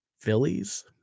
Phillies